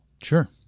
Sure